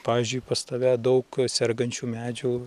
pavyzdžiui pas tave daug sergančių medžių